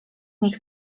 nich